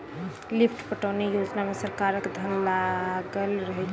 lift पटौनी योजना मे सरकारक धन लागल रहैत छै